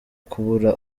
kubura